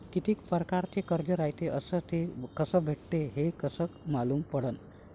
कितीक परकारचं कर्ज रायते अस ते कस भेटते, हे कस मालूम पडनं?